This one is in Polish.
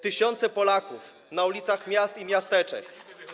Tysiące Polaków na ulicach miast i miasteczek.